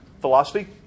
philosophy